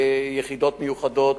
יחידות מיוחדות,